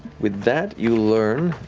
with that, you learn.